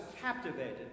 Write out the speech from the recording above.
captivated